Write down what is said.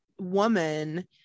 woman